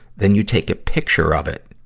then you take a picture of it.